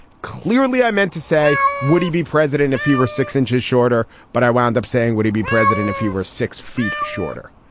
clearly, i meant to say, would he be president if he were six inches shorter? but i wound up saying, would he be president if he were six feet shorter?